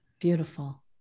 Beautiful